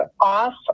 off